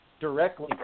directly